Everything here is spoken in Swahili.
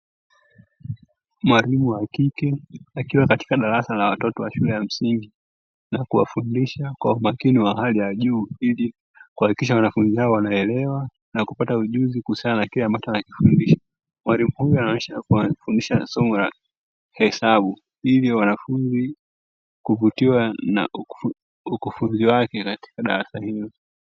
Mwalimu wa kike akiwa katika darasa la watoto wa shule ya msingi na kuwafundisha kwa umakini wa hali ya juu ili kuhakikisha wanafunzi hao wanaelewa na kupata ujuzi kuhusiana na kile ambacho anakifundisha. Mwalimu huyu anaonyesha kuwa anafundisha na somo la hesabu hivyo wanafunzi huvutiwa na ukufunzi wake katika darasa hilo.